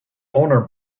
owner